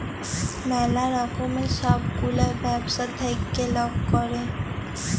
ম্যালা রকমের ছব গুলা ব্যবছা থ্যাইকে লক ক্যরে